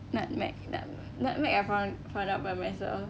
nutmeg nut~ nutmeg I found I found out by myself